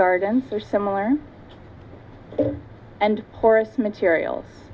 gardens or similar and porous materials